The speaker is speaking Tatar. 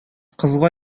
кызга